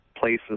places